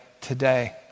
today